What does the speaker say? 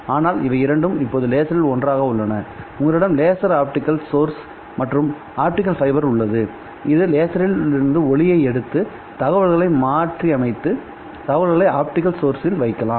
ஆனால் இவை இரண்டும் இப்போது லேசரில் ஒன்றாக உள்ளன உங்களிடம் லேசர் ஆப்டிகல் சோர்ஸ் மற்றும் ஆப்டிகல் ஃபைபர் உள்ளது இது லேசரிலிருந்து ஒளியை எடுத்துதகவல்களை மாற்றி அமைத்து தகவல்களை ஆப்டிகல் சோர்ஸ்ல் வைக்கலாம்